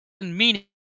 meaning